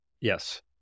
Yes